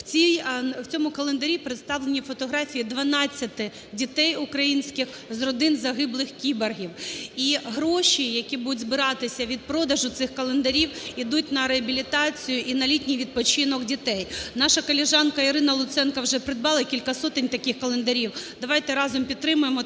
В цьому календарі представлені фотографії 12 дітей українських з родин загиблих кіборгів. І гроші, які будуть збиратися від продажу цих календарів, йдуть на реабілітацію і на літній відпочинок дітей. Наша колежанка Ірина Луценко вже придбала кілька сотень таких календарів. Давайте разом підтримаємо